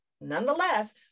Nonetheless